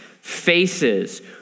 faces